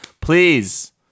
please